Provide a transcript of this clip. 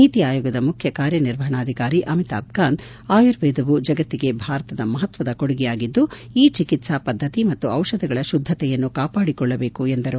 ನೀತಿ ಆಯೋಗದ ಮುಖ್ಯ ಕಾರ್ಯ ನಿರ್ವಹಣಾ ಅಧಿಕಾರಿ ಅಮಿತಾಬ್ ಕಾಂತ್ ಆಯುರ್ವೇದವು ಜಗತ್ತಿಗೆ ಭಾರತದ ಮಪತ್ವದ ಕೊಡುಗೆಯಾಗಿದ್ದು ಈ ಚಿಕಿತ್ಸಾ ಪದ್ಧತಿ ಮತ್ತು ದಿಷಧಗಳ ಶುದ್ಧತೆಯನ್ನು ಕಾವಾಡಿಕೊಳ್ಳಬೇಕು ಎಂದರು